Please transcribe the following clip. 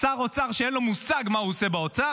שר אוצר שאין לו מושג מה הוא עושה באוצר,